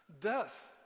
Death